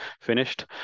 finished